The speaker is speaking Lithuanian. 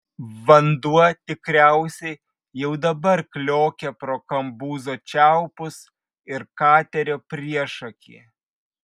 vanduo tikriausiai jau dabar kliokia pro kambuzo čiaupus ir katerio priešakį